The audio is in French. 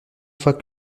fois